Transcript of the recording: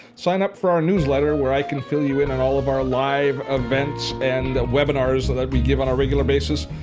sign up for our newsletter where i can fill you in on all of our live events and webinars that we give on a regular basis.